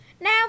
Now